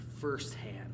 firsthand